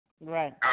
Right